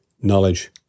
knowledge